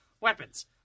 weapons